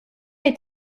est